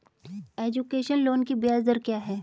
Education loan की ब्याज दर क्या है?